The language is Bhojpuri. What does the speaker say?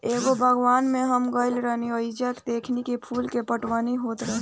एगो बागवान में हम गइल रही ओइजा देखनी की फूल के पटवनी होत रहे